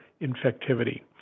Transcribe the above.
infectivity